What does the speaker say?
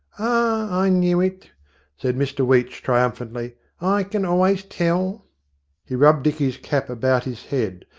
i knew it said mr weech, triumphantly i can always tell he rubbed dicky's cap about his head,